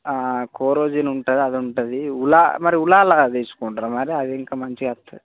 Coragen ఉంటుంది అది ఉంటుంది ఊళ్ళో మరి ఊళ్ళలో తీసుకుంటున్నారు మరి అది ఇంకా మంచిగా వస్తుంది